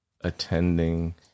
attending